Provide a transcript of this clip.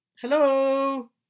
Hello